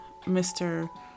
Mr